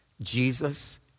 Jesus